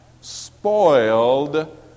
spoiled